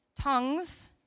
Tongues